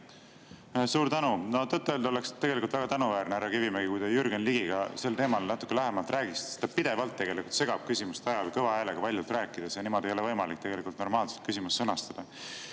Suur tänu! No tõtt-öelda oleks tegelikult väga tänuväärne, härra Kivimägi, kui te Jürgen Ligiga sel teemal natuke lähemalt räägiksite, sest ta pidevalt segab küsimuste ajal kõva häälega valjult rääkides ja niimoodi ei ole võimalik normaalselt küsimust sõnastada.